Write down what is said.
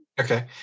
Okay